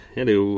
Hello